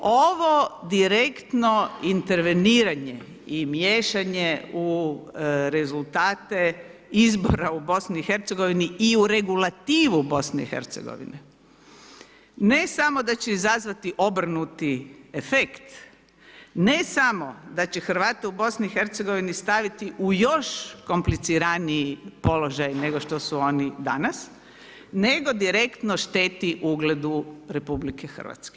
Ovo direktno interveniranje i miješanje u rezultate izbora u BiH i u regulativu BiH, ne samo da će izazvati obrnuti efekt, ne samo da će Hrvate u BiH staviti u još kompliciraniji položaj nego što su oni danas, nego direktno šteti ugledu RH.